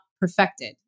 perfected